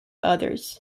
others